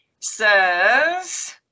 says